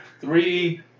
three